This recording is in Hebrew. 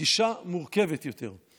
גישה מורכבת יותר.